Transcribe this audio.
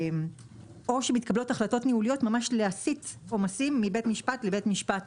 או שמתקבלות החלטות ניהוליות להסיט עומסים מבית משפט לבית משפט